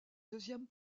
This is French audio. deuxième